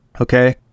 okay